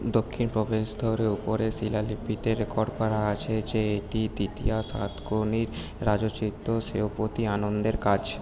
দক্ষিণ প্রবেশদ্বারের উপরের শিলালিপিতে রেকর্ড করা আছে যে এটি দ্বিতীয় সাতকর্ণীর রাজোচিত স্থপতি আনন্দের কাজ